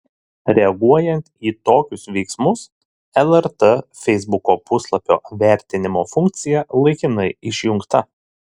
reaguojant į tokius veiksmus lrt feisbuko puslapio vertinimo funkcija laikinai išjungta